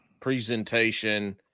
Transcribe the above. presentation